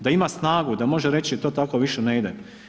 Da ima snagu, da može reći to tako više ne ide.